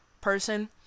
person